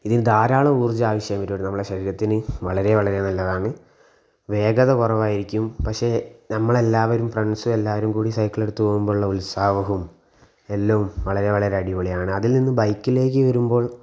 ഇതിന് ധാരാളം ഊർജം ആവശ്യം വരുമായിരുന്നു നമ്മളെ ശരീരത്തിന് വളരെ വളരെ നല്ലതാണ് വേഗത കുറവായിരിക്കും പക്ഷേ നമ്മളെല്ലാവരും ഫ്രണ്ട്സും എല്ലാവരും കൂടി സൈക്കിളെടുത്ത് പോകുമ്പോഴുള്ള ഉത്സാഹവും എല്ലാം വളരെ വളരെ അടിപൊളിയാണ് അതിൽ നിന്ന് ബൈക്കിലേക്ക് വരുമ്പോൾ